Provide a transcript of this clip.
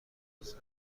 عضو